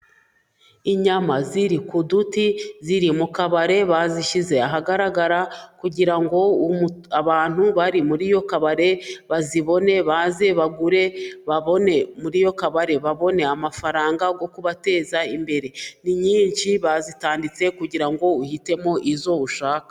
Inyama ziri ku duti， ziri mu kabari bazishyize ahagaragara， kugira ngo abantu bari muri iyo kabare， bazibone baze bagure， muri iyo kabare，babone amafaranga yo kubateza imbere. Ni nyinshi bazitanditse， kugira ngo uhitemo izo ushaka.